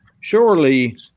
Surely